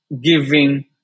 giving